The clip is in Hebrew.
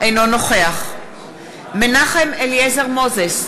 אינו נוכח מנחם אליעזר מוזס,